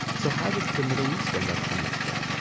so how did the middle east end up in mexico?